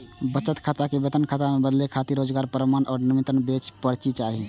बचत खाता कें वेतन खाता मे बदलै खातिर रोजगारक प्रमाण आ नवीनतम वेतन पर्ची चाही